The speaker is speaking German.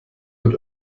mit